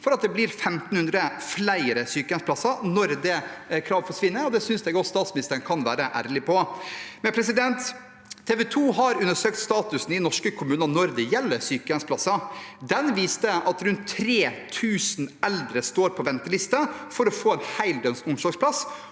for at det blir 1 500 flere sykehjemsplasser, og det synes jeg statsministeren kan være ærlig på. TV 2 har undersøkt statusen i norske kommuner når det gjelder sykehjemsplasser. Det viste at rundt 3 000 eldre står på venteliste for å få en heldøgns omsorgsplass,